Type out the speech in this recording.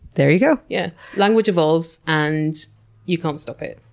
there you go. yeah. language evolves and you can't stop it.